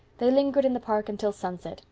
they lingered in the park until sunset,